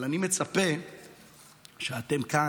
אבל אני מצפה שאתם כאן,